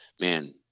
man